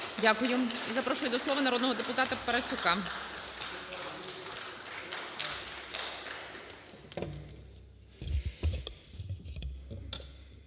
Дякую. Я запрошую до слова народного депутата Соболєва.